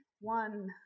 one